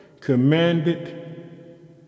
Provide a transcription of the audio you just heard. commanded